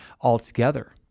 altogether